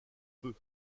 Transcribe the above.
peu